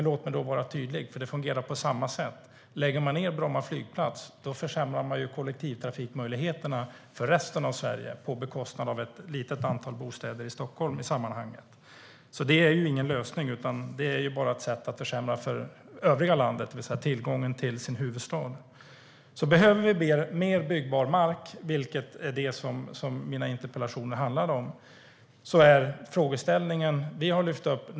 Låt mig då vara tydlig, för det fungerar på samma sätt: Lägger man ned Bromma flygplats försämrar man ju kollektivtrafikmöjligheterna för resten av Sverige på bekostnad av ett i sammanhanget litet antal bostäder i Stockholm. Det är alltså ingen lösning utan bara ett sätt att försämra övriga landets tillgång till sin huvudstad. Behöver vi mer byggbar mark, vilket är det som mina interpellationer handlar om, är frågan hur vi får loss den.